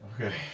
Okay